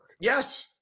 Yes